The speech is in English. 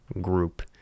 group